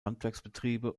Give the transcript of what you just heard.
handwerksbetriebe